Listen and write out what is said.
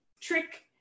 trick